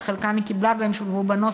את חלקן היא קיבלה והן שולבו בנוסח,